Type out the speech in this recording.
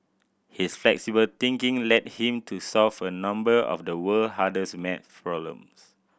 his flexible thinking led him to solve a number of the world hardest math problems